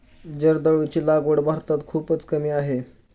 जर्दाळूची लागवड भारतात खूपच कमी आहे